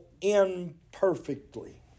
imperfectly